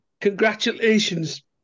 congratulations